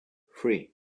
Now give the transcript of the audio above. three